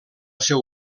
seu